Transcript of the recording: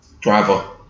Driver